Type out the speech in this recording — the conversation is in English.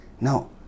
no